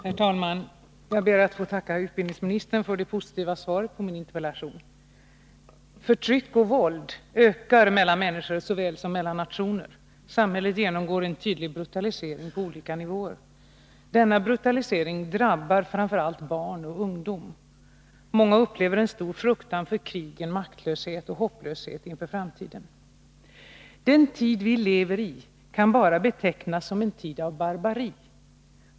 Herr talman! Jag ber att få tacka utbildningsministern för det positiva svaret på min interpellation. Förtryck och våld ökar mellan människor såväl som mellan nationer. Samhället genomgår en tydlig brutalisering på olika nivåer. Denna brutalisering drabbar framför allt barn och ungdom. Många upplever en stor fruktan för krig, en maktlöshet och hopplöshet inför framtiden. ”Den tid vi lever i kan bara betecknas som en tid av barbari.